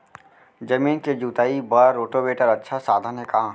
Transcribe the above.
जमीन के जुताई बर रोटोवेटर अच्छा साधन हे का?